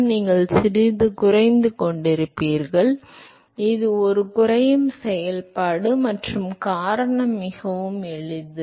எனவே நீங்கள் சிறிது குறைந்து கொண்டிருப்பீர்கள் இது ஒரு குறையும் செயல்பாடு மற்றும் காரணம் மிகவும் எளிது